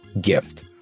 gift